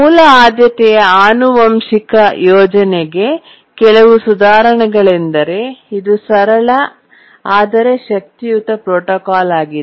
ಮೂಲ ಆದ್ಯತೆಯ ಆನುವಂಶಿಕ ಯೋಜನೆಗೆ ಕೆಲವು ಸುಧಾರಣೆಗಳೆಂದರೆ ಇದು ಸರಳ ಆದರೆ ಶಕ್ತಿಯುತ ಪ್ರೋಟೋಕಾಲ್ ಆಗಿದೆ